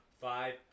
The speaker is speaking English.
five